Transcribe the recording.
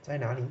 在哪里